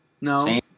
No